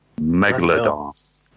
Megalodon